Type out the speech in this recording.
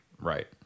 Right